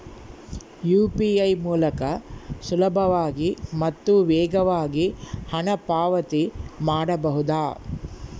UPI ಮೂಲಕ ಸುಲಭವಾಗಿ ಮತ್ತು ವೇಗವಾಗಿ ಹಣ ಪಾವತಿ ಮಾಡಬಹುದಾ?